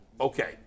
Okay